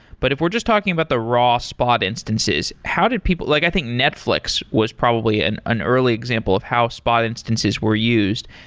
but if we're just talking about the raw spot instances, how did people like i think netflix was probably an an early example of how spot instances were used.